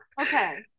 Okay